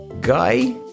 Guy